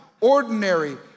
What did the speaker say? ordinary